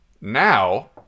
Now